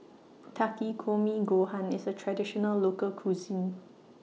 Takikomi Gohan IS A Traditional Local Cuisine